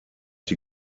die